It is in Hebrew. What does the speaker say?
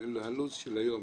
הלו"ז של היום,